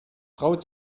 traut